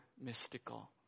mystical